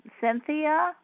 Cynthia